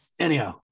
anyhow